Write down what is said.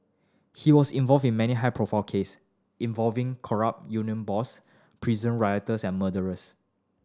he was involved in many high profile case involving corrupt union boss prison rioters and murderers